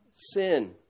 Sin